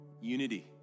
unity